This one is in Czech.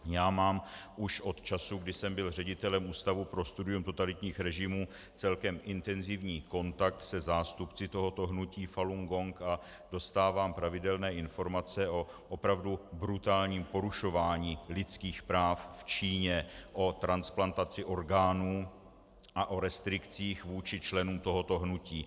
Já mám už od času, kdy jsem byl ředitelem Ústavu pro studium totalitních režimů, celkem intenzivní kontakt se zástupci tohoto hnutí Falun Gong a dostávám pravidelné informace o opravdu brutálním porušování lidských práv v Číně, o transplantaci orgánů a o restrikcích vůči členům tohoto hnutí.